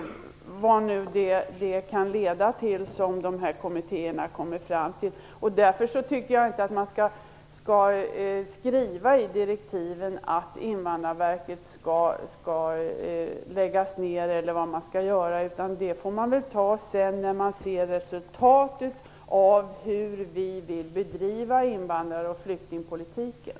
Vad nu det som de här kommittéerna kommer fram till kan leda till. Därför tycker jag inte att man skall skriva i direktiven att Invandrarverket skall läggas ner eller vad man skall göra. Det får man ta sedan, när man ser resultatet och vet hur vi vill bedriva invandrings och flyktingpolitiken.